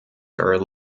are